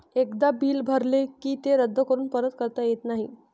एकदा बिल भरले की ते रद्द करून परत करता येत नाही